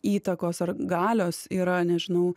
įtakos ar galios yra nežinau